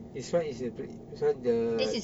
this [one] is uh brid~ this [one] the